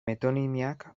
metonimiak